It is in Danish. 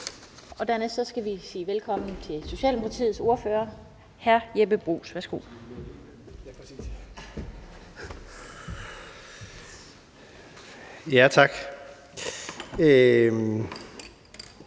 Dernæst skal vi sige velkommen til Socialdemokratiets ordfører, hr. Jeppe Bruus. Værsgo. Kl.